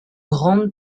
grande